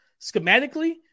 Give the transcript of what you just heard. schematically